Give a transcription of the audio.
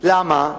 למה?